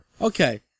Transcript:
Okay